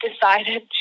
decided